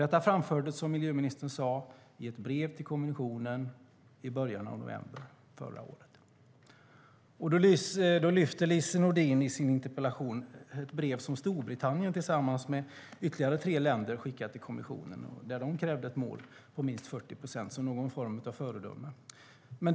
Detta framfördes, som miljöministern sade, i ett brev till kommissionen i början av november förra året. Då lyfter Lise Nordin i sin interpellation fram ett brev som Storbritannien tillsammans med ytterligare tre länder skickade till kommissionen där de krävde ett mål på minst 40 procent som någon form av föredöme.